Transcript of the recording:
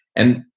and,